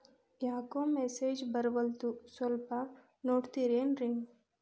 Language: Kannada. ಯಾಕೊ ಮೆಸೇಜ್ ಬರ್ವಲ್ತು ಸ್ವಲ್ಪ ನೋಡ್ತಿರೇನ್ರಿ?